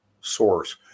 source